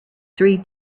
three